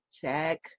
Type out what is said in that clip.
Check